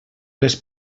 les